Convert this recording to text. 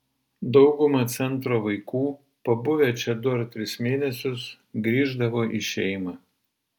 dauguma centro vaikų pabuvę čia du ar tris mėnesius grįždavo į šeimą